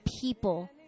people